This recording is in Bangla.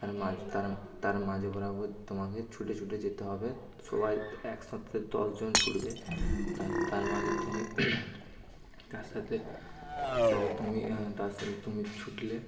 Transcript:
তার মাঝ তার তার মাঝ বরাবর তোমাকে ছুটে ছুটে যেতে হবে সবাই একসাথে দশ জন ছুটবে তার তার মাঝে তুমি তার সাথে তার সাথে তুমি তার সাথে তুমি ছুটলে